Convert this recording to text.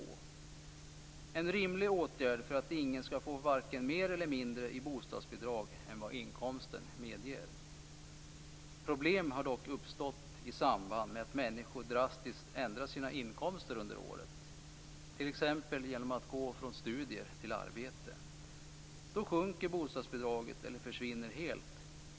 Det är en rimlig åtgärd för att ingen skall få varken mer eller mindre i bostadsbidrag än vad inkomsten medger. Problem har dock uppstått i samband med att människor drastiskt ändrar sina inkomster under året, t.ex. genom att gå från studier till arbete. Då sjunker bostadsbidraget eller försvinner helt.